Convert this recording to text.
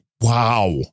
wow